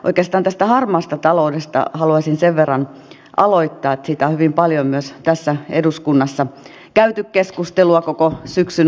oikeastaan tästä harmaasta taloudesta haluaisin sen verran aloittaa että siitä on hyvin paljon myös tässä eduskunnassa käyty keskustelua koko syksyn ajan